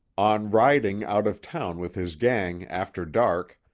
on riding out of town with his gang after dark,